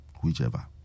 whichever